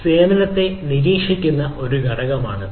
സേവനത്തെ നിരീക്ഷിക്കുന്ന ഒരു ഘടകമാണിത്